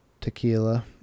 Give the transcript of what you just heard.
tequila